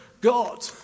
God